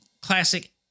classic